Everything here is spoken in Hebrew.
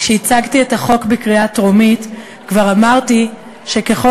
כשהצגתי את החוק לקריאה טרומית כבר אמרתי שככל